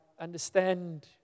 understand